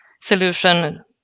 solution